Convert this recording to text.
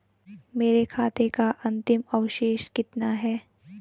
मेरे खाते का अंतिम अवशेष कितना है?